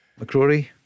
McCrory